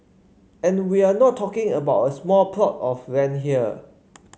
and we're not talking about a small plot of land here